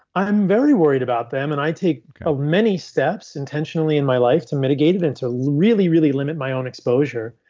i'm very worried about them. and i take ah many steps intentionally in my life to mitigate and to really, really limit my own exposure.